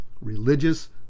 Religious